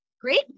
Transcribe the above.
Great